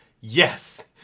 yes